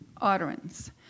utterance